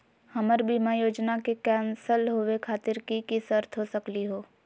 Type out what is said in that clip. हमर बीमा योजना के कैन्सल होवे खातिर कि कि शर्त हो सकली हो?